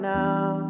now